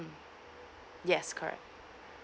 yes correct